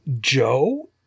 Joe